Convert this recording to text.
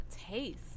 Taste